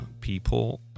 people